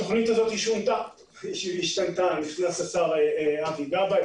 התוכנית הזאת השתנתה נכנס השר אבי גבאי,